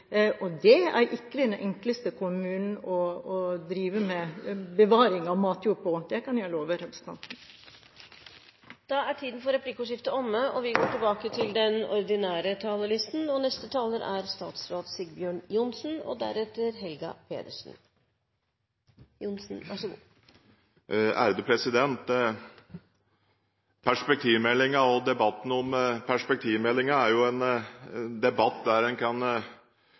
og det er ikke den enkleste kommunen å drive med bevaring av matjord i, det kan jeg love representanten! Replikkordskiftet er omme. Debatten om perspektivmeldingen er en debatt der en kan